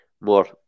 more